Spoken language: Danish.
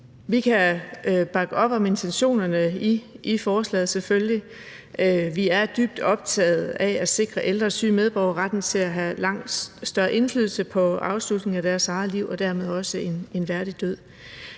Vi kan bakke op om intentionerne i forslaget – selvfølgelig. Vi er dybt optaget af at sikre ældre syge medborgere retten til at have langt større indflydelse på afslutningen af deres eget liv og dermed også en værdig død.